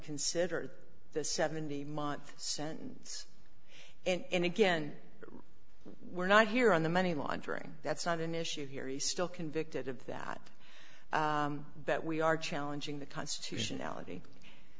considered the seventy month sentence and again we're not here on the money laundering that's not an issue here he's still convicted of that that we are challenging the constitutionality